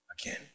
again